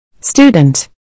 Student